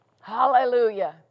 Hallelujah